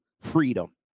freedom